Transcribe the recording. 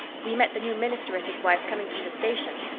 we met the new minister and his wife coming from the station.